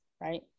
right